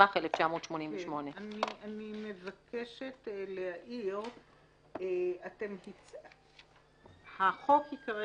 התשמ"ח 1988". אני מבקשת להעיר, שהחוק ייקרא